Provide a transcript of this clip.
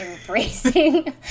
embracing